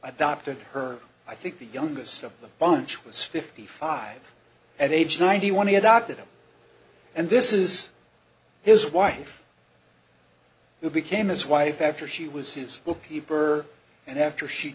adopted her i think the youngest of the bunch was fifty five at age ninety one he adopted him and this is his wife who became his wife after she was his bookkeeper and after she